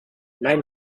mijn